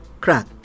crack